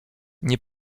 nie